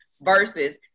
versus